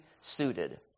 suited